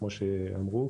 כמו שאמרו.